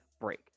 break